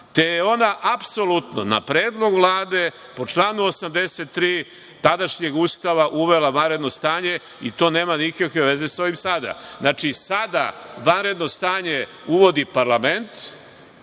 te je ona apsolutno na predlog Vlade, po članu 83. tadašnjeg Ustava, uvela vanredno stanje i to nema nikakve veze sa ovim sada. Znači, sada vanredno stanje uvodi parlament,